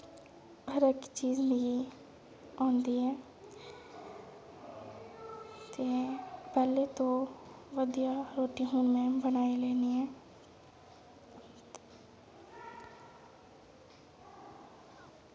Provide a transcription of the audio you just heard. हर इक चीज़ मिगी आंदी ऐ ते पैह्ले तो बधिया रोटी हून में बनाई लैन्नी ऐ